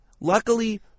Luckily